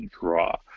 draw